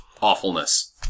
awfulness